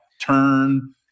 turn